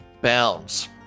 bounds